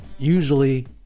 Usually